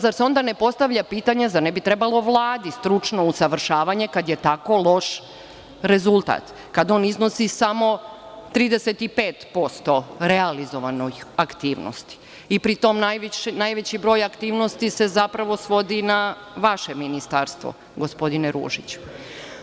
Zar se onda ne postavlja pitanje, zar ne bi trebalo Vladi stručno usavršavanje, kada je tako loš rezultat kada iznosi samo 35% realizovanih aktivnosti i pri tom najveći broj aktivnosti se zapravo svodi na vaše Ministarstvo, gospodine Ružiću.